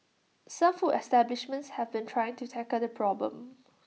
some food establishments have been trying to tackle the problem